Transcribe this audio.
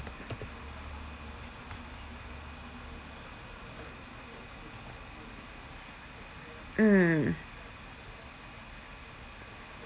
mm